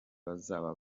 bazaba